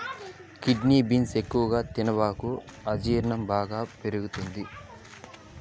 kidney beans ఎక్కువగా తినబాకు అజీర్ణం బాగా పెరుగుతది